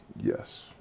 Yes